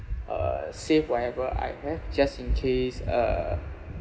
uh save whatever I have just in case uh